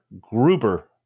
Gruber